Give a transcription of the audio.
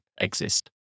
exist